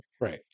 Right